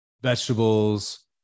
vegetables